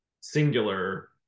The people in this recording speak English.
singular